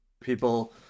people